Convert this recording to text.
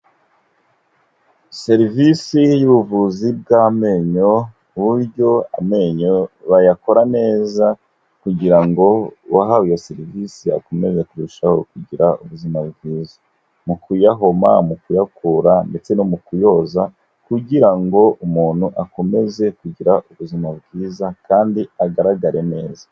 Serivisi y'ubuvuzi bw'amenyo uburyo amenyo bayakora neza kugira ngo uwahawe serivise akomeze kurushaho kugira ubuzima bwiza, mu kuyahoma, mu kuyakura, ndetse no mu kuyoza, kugira ngo umuntu akomeze kugira ubuzima bwiza kandi agaragare neza.